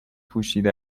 پوشیده